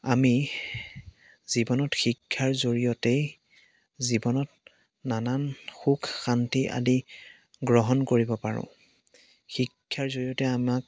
আমি জীৱনত শিক্ষাৰ জৰিয়তেই জীৱনত নানান সুখ শান্তি আদি গ্ৰহণ কৰিব পাৰোঁ শিক্ষাৰ জৰিয়তে আমাক